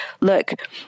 look